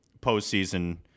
postseason